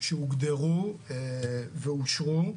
שהוגדרו ואושרו,